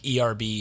ERB